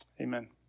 Amen